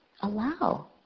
allow